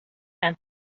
and